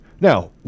now